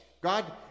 God